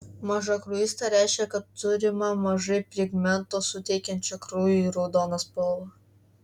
mažakraujystė reiškia kad turima mažai pigmento suteikiančio kraujui raudoną spalvą